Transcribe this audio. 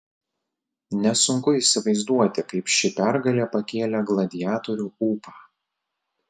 nesunku įsivaizduoti kaip ši pergalė pakėlė gladiatorių ūpą